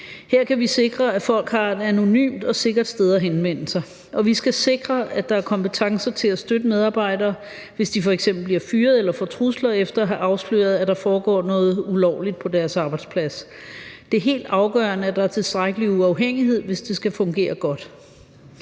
Her kan vi sikre, at folk har et anonymt og sikkert sted at henvende sig, og vi skal sikre, at der er kompetencer til at støtte medarbejdere, hvis de f.eks. bliver fyret eller får trusler efter at have afsløret, at der foregår noget ulovligt på deres arbejdsplads. Det er helt afgørende, at der er tilstrækkelig uafhængighed, hvis det skal fungere godt.